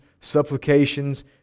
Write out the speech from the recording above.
supplications